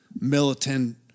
militant